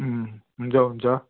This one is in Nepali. उम् हुन्छ हुन्छ